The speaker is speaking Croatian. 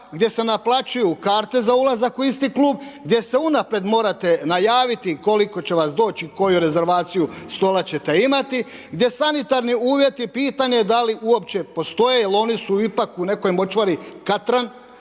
gdje se naplaćuju karte za ulazak u isti klub, gdje se unaprijed morate najaviti koliko će vas doći i koju rezervaciju stola ćete imati, gdje sanitarni uvjeti pitanje da li uopće postoje jer oni su ipak u nekoj močvari katran,